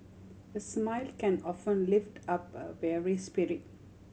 a smile can often lift up a weary spirit